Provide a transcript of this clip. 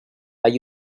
but